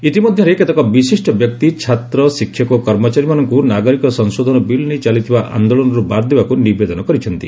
ଇତିମଧ୍ୟରେ କେତେକ ବିଶିଷ୍ଟ ବ୍ୟକ୍ତି ଛାତ୍ର ଶିକ୍ଷକ ଓ କର୍ମଚାରୀମାନଙ୍କୁ ନାଗରିକ ସଂଶୋଧନ ବିଲ୍ ନେଇ ଚାଲିଥିବା ଆନ୍ଦୋଳନରୁ ବାଦ ଦେବାକୁ ନିବେଦନ କରିଛନ୍ତି